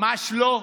ממש לא.